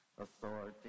authority